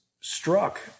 struck